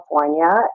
California